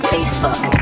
Facebook